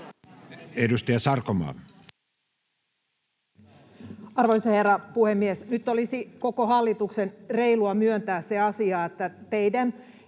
Edustaja Sarkomaa.